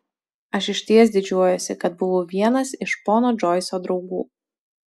aš išties didžiuojuosi kad buvau vienas iš pono džoiso draugų